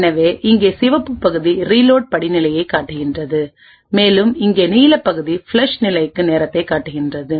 எனவே இங்கே சிவப்பு பகுதி ரீலோட் படிநிலையைக் காட்டுகிறது மேலும் இங்கே நீல பகுதி ஃப்ளஷ்நிலைக்கு நேரத்தைக் காட்டுகிறது